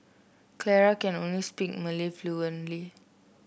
Clara can only speak Malay fluently